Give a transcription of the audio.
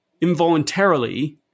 involuntarily